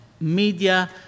media